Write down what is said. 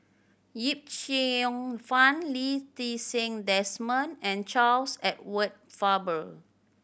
Yip Cheong Fun Lee Ti Seng Desmond and Charles Edward Faber